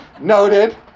noted